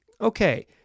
okay